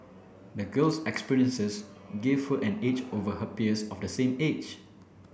the girl's experiences give her an edge over her peers of the same age